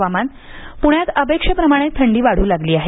हवामान प्ण्यात अपेक्षेप्रमाणे थंडी वाढू लागली आहे